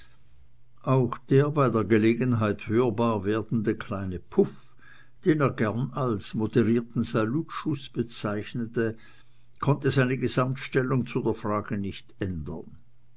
auch der bei der gelegenheit hörbar werdende kleine puff den er gern als moderierten salutschuß bezeichnete konnte seine gesamtstellung zu der frage nicht ändern